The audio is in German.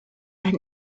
ein